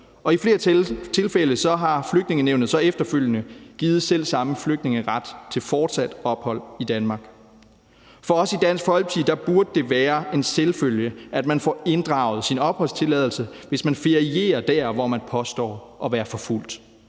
og i flere tilfælde har Flygtningenævnet så efterfølgende givet selv samme flygtninge ret til fortsat ophold i Danmark. For os i Dansk Folkeparti burde det være en selvfølge, at man får inddraget sin opholdstilladelse, hvis man ferierer der, hvor man påstår at være forfulgt,